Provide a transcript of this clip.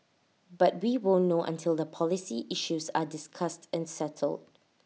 but we won't know until the policy issues are discussed and settled